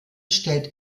stellt